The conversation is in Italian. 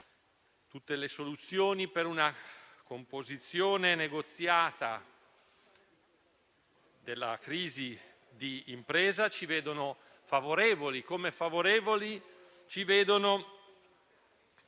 Tutte le soluzioni per una composizione negoziata della crisi di impresa ci vedono favorevoli, come favorevoli ci vedono